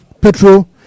petrol